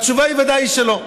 התשובה היא: ודאי שלא.